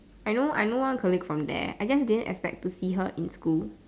I know I know one colleague from there I just didn't expect to see her in school